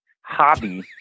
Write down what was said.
hobby